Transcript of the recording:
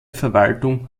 verwaltung